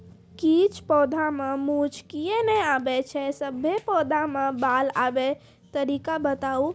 किछ पौधा मे मूँछ किये नै आबै छै, सभे पौधा मे बाल आबे तरीका बताऊ?